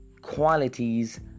qualities